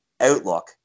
outlook